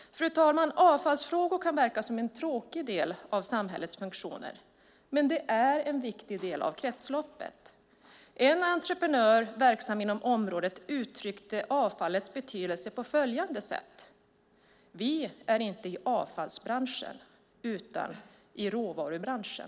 Fru talman! Avfallsfrågorna kan verka som en tråkig del av samhällets funktioner, men de utgör en viktig del av kretsloppet. En entreprenör verksam inom området uttryckte avfallets betydelse på följande sätt: "Vi är inte i avfallsbranschen utan i råvarubranschen."